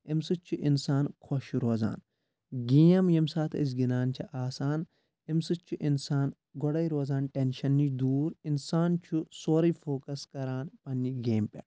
امہِ سۭتۍ چھُ اِنسان خۄش روزان گیم ییٚمہِ ساتہٕ أسۍ گِنٛدان چھِ آسان امہِ سۭتۍ چھُ اِنسان گۄڈَے روزان ٹؠنشَن نِش دوٗر اِنسان چھُ سورُے فوکَس کَران پنٛنہِ گیمہِ پؠٹھ